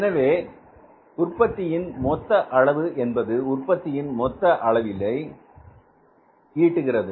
எனவே உற்பத்தியின் மொத்த அளவு என்பது உற்பத்தியின் மொத்த அளவினை சித்தரிக்கிறது